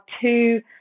two